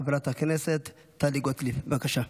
חברת הכנסת טלי גוטליב, בבקשה.